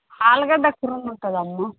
ఆలుగడ్డ కుర్మ ఉంటుందమ్మ